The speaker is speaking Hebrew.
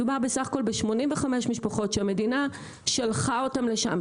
מדובר בסך הכול ב-85 משפחות שהמדינה שלחה אותן לשם.